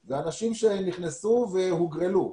אלא נכנסו והוגרלו.